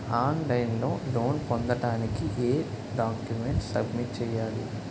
On line లో loan పొందటానికి ఎం డాక్యుమెంట్స్ సబ్మిట్ చేయాలి?